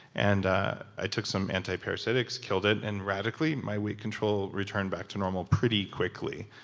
and ah i took some anti-parasitics, killed it, and radically, my weight control returned back to normal pretty quickly.